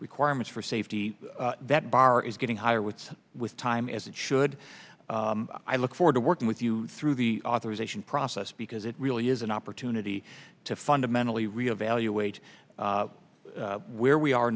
requirements for safety that bar is getting higher with with time as it should i look forward to working with you through the authorization process because it really is an opportunity to fundamentally re evaluate where we are